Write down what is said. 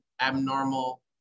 abnormal